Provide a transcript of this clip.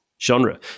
genre